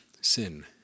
sin